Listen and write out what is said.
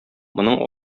моның